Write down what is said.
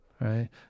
right